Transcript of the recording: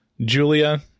Julia